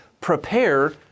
prepare